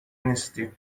نیستی